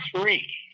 free